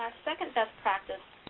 second best practice,